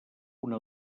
una